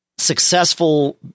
successful